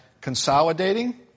consolidating